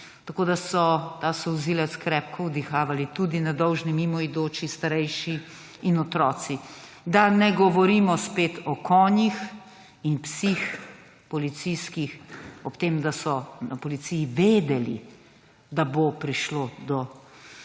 tako da so ta solzivec krepko vdihavali tudi nedolžni mimoidoči, starejši in otroci. Da ne govorimo spet o policijskih konjih in psih, ob tem, da so na policiji vedeli, da bo prišlo do